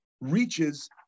reaches